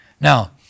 Now